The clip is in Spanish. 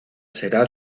será